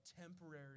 temporary